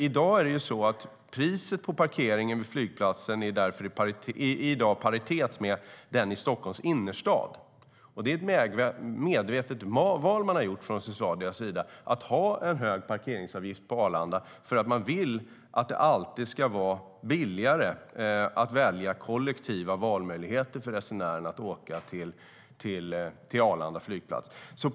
I dag är därför priset på parkering vid flygplatsen i paritet med den i Stockholms innerstad. Det är ett medvetet val man har gjort från Swedavias sida att ha en hög parkeringsavgift på Arlanda. Man vill att det alltid ska vara de kollektiva valmöjligheterna att åka till Arlanda flygplats som är billigare.